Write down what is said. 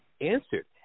answered